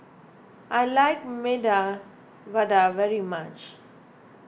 I like Medu Vada very much